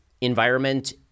environment